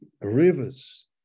rivers